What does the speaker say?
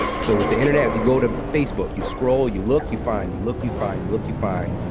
so with the internet, if you go to facebook, you scroll. you look. you find. you look. you find. you look. you find.